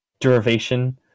Derivation